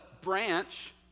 branch